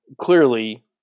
clearly